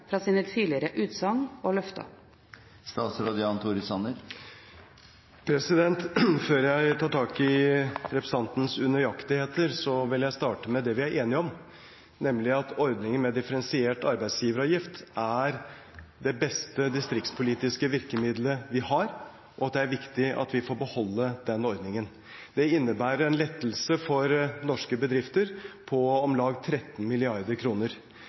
fra sine tidligere utsagn og løfter? Før jeg tar tak i representantens unøyaktigheter, vil jeg starte med det vi er enige om, nemlig at ordningen med differensiert arbeidsgiveravgift er det beste distriktspolitiske virkemidlet vi har, og at det er viktig at vi får beholde den ordningen. Det innebærer en lettelse for norske bedrifter på om lag 13